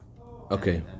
Okay